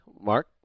Mark